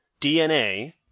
DNA